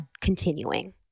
continuing